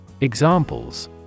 Examples